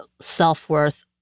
self-worth